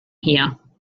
here